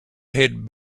head